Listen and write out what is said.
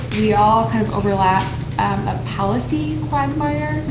we all, kind of, overlap a policy quagmire.